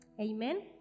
Amen